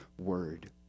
Word